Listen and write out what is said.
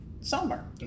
summer